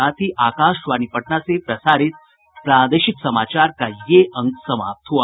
इसके साथ ही आकाशवाणी पटना से प्रसारित प्रादेशिक समाचार का ये अंक समाप्त हुआ